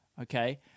okay